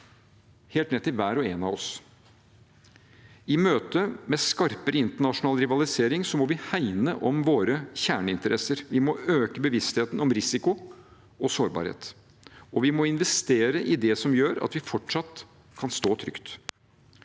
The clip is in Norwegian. helt ned til hver og en av oss. I møte med skarpere internasjonal rivalisering må vi hegne om våre kjerneinteresser. Vi må øke bevisstheten om risiko og sårbarhet, og vi må investere i det som gjør at vi fortsatt kan stå trygt.